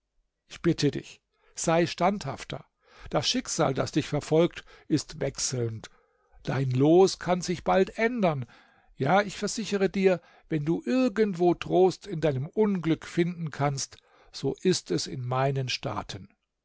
ich bitte dich sei standhafter das schicksal das dich verfolgt ist wechselnd dein los kann sich bald ändern ja ich versichere dir wenn du irgendwo trost in deinem unglück finden kannst so ist es in meinen staaten